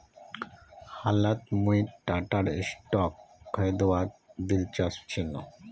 हालत मुई टाटार स्टॉक खरीदवात दिलचस्प छिनु